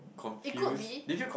it could be